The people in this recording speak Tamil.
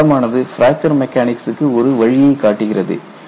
இந்த பாடமானது பிராக்சர் மெக்கானிக்ஸ்சுக்கு ஒரு வழியை காட்டுகிறது